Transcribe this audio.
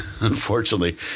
unfortunately